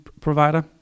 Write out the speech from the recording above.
provider